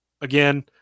again